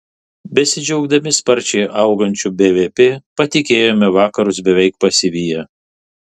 besidžiaugdami sparčiai augančiu bvp patikėjome vakarus beveik pasiviję